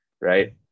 right